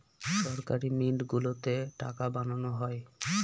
সরকারি মিন্ট গুলোতে টাকা বানানো হয়